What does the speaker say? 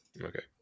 Okay